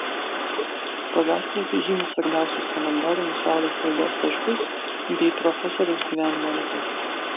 stogastulpiai žymi svarbiausius kalendorinius saulės laidos taškus bei profesoriaus gyvenimo datas